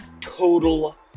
total